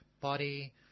Body